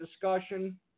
discussion